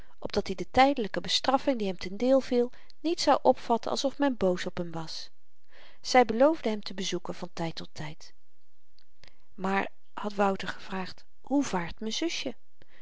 opdat i de tydelyke bestraffing die hem ten deel viel niet zou opvatten alsof men boos op hem was zy beloofde hem te bezoeken van tyd tot tyd maar had wouter gevraagd hoe vaart m'n zusje